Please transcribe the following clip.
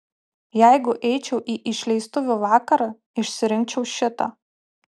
jeigu eičiau į išleistuvių vakarą išsirinkčiau šitą